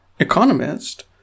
Economist